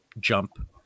jump